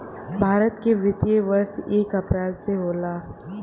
भारत के वित्तीय वर्ष एक अप्रैल से होला